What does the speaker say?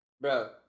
bro